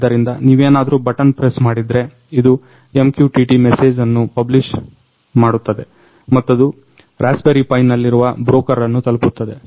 ಆದ್ದರಿಂದ ನೀವೇನಾದ್ರು button press ಮಾಡಿದ್ರೆ ಇದು MQTT ಮೆಸೇಜನ್ನು ಪಬ್ಲಿಷ್ ಮಾಡುತ್ತದೆ ಮತ್ತದು ರಸ್ಪಬರಿ ಪೈ ನಲ್ಲಿರುವ ಬ್ರೋಕರ್ ಅನ್ನು ತಲುಪುತ್ತದೆ